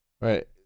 right